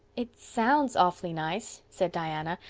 it sounds awfully nice, said diana,